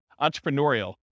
entrepreneurial